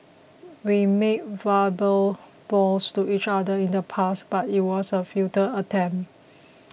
we made verbal vows to each other in the past but it was a futile attempt